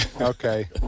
okay